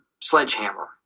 sledgehammer